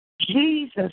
Jesus